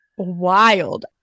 wild